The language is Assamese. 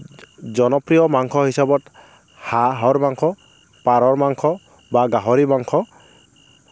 জনপ্ৰিয় মাংস হিচাপত হাঁহৰ মাংস পাৰৰ মাংস বা গাহৰি মাংস